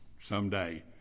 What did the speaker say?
someday